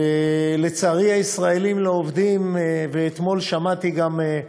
לצערי, הישראלים לא עובדים, ואתמול שמעתי גם,